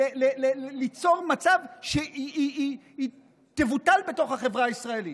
ליצור מצב שהיא תבוטל בתוך החברה הישראלית,